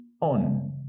on